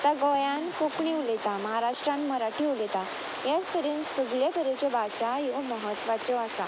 आतां गोंयान कोंकणी उलयता महाराष्ट्रान मराठी उलयता हेच तरेन सगळ्यो तरेच्यो भाशा ह्यो म्हत्वाच्यो आसा